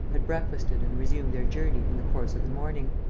had breakfasted and resumed their journey in the course of the morning.